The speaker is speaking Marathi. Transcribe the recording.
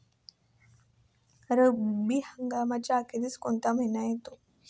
रब्बी हंगामाच्या अखेरीस कोणते महिने येतात?